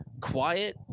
Quiet